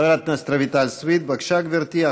חברת הכנסת רויטל סויד, בבקשה, גברתי.